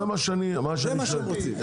זה מה שהם רוצים.